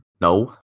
no